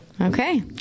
Okay